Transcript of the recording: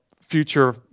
future